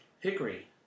Hickory